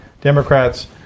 Democrats